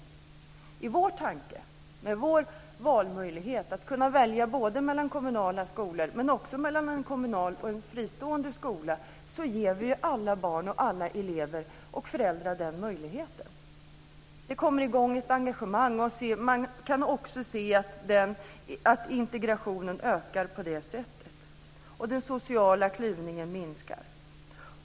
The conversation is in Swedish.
Med vår valmöjlighet, att kunna välja både mellan kommunala skolor och också mellan en kommunal och en fristående skola, ger vi alla barn, elever och föräldrar den möjligheten. Det kommer i gång ett engagemang. Man kan också se att integrationen ökar på det sättet och att den sociala klyvningen minskar.